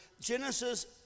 Genesis